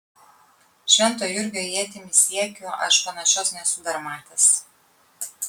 švento jurgio ietimi siekiu aš panašios nesu dar matęs